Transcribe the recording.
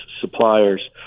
suppliers